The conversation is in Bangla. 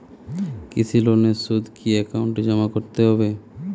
কৃষি লোনের সুদ কি একাউন্টে জমা করতে হবে?